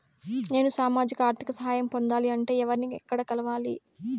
నేను సామాజిక ఆర్థిక సహాయం పొందాలి అంటే నేను ఎవర్ని ఎక్కడ కలవాలి?